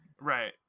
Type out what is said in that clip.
right